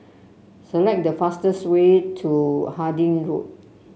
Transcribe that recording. select the fastest way to Harding Road